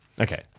Okay